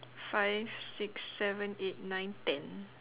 five six seven eight nine ten